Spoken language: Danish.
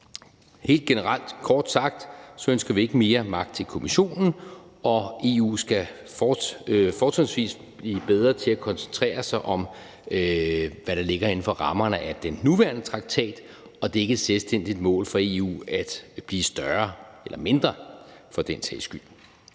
Helt generelt og kort sagt ønsker vi ikke mere magt til Kommissionen, og EU skal fortrinsvis blive bedre til at koncentrere sig om, hvad der ligger inden for rammerne af den nuværende traktat, og det er ikke et selvstændigt mål for EU at blive større eller for den sags skyld